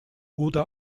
oder